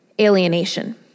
alienation